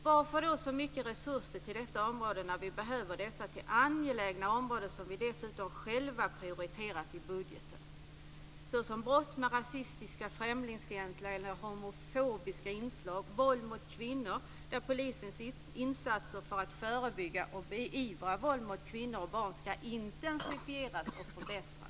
Varför avsätts då så mycket resurser till detta område, när vi behöver dessa till angelägna områden som vi dessutom själva prioriterat i budgeten? Jag talar då om t.ex. brott med rasistiska, främlingsfientliga eller homofobiska inslag och våld mot kvinnor, där polisens insatser för att förebygga och beivra våld mot kvinnor och barn ska intensifieras och förbättras.